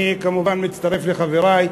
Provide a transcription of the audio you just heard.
אני כמובן מצטרף לחברי,